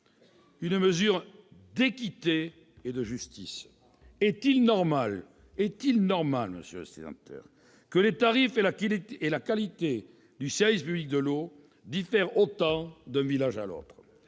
une mesure d'équité et de justice. Est-il normal que les tarifs et la qualité du service public de l'eau diffèrent autant d'un village à l'autre ?